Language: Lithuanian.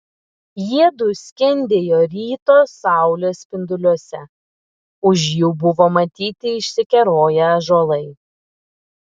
jiedu skendėjo ryto saulės spinduliuose už jų buvo matyti išsikeroję ąžuolai